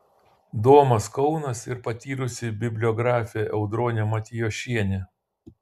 domas kaunas ir patyrusi bibliografė audronė matijošienė